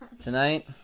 Tonight